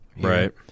right